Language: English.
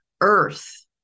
earth